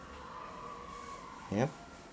ya